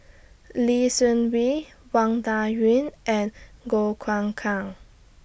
Lee Seng Wee Wang Dayuan and Goh Choon Kang